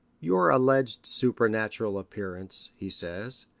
your alleged supernatural appearance, he says,